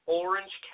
orange